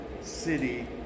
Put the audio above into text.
city